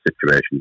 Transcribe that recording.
situation